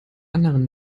anderen